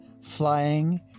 flying